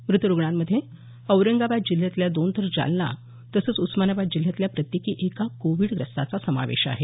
मृत रुग्णांमध्ये औरंगाबाद जिल्ह्यात दोन तर जालना तसंच उस्मानाबाद जिल्ह्यातल्या प्रत्येकी एका कोविडग्रस्ताचा समावेश आहे